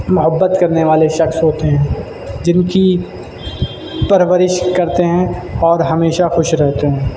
محبت کرنے والے شخص ہوتے ہیں جن کی پرورش کرتے ہیں اور ہمیشہ خوش رہتے ہیں